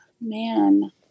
man